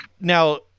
now